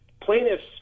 plaintiffs